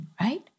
right